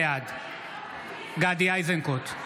בעד גדי איזנקוט,